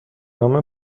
نام